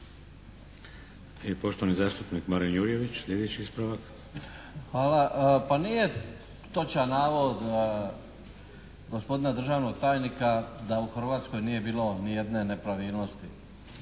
I poštovani zastupnik Marin Jurjević, sljedeći ispravak. **Jurjević, Marin (SDP)** Hvala. Pa nije točan navod gospodina državnog tajnika da u Hrvatskoj nije bilo ni jedne nepravilnosti.